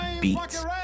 beats